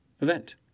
event